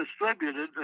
distributed